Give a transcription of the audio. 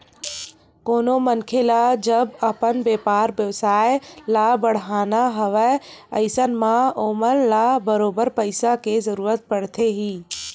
कोनो मनखे ल जब अपन बेपार बेवसाय ल बड़हाना हवय अइसन म ओमन ल बरोबर पइसा के जरुरत पड़थे ही